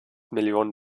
millionen